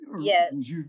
Yes